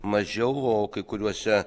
mažiau o kai kuriuose